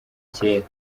kera